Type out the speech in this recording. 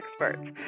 experts